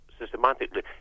systematically